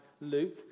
Luke